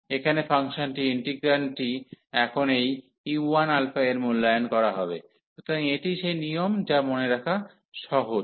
এখানে ফাংশনটি ইন্টিগ্রান্ডটি এখন এই u1 এ মূল্যায়ন করা হবে সুতরাং এটি সেই নিয়ম যা মনে রাখা সহজ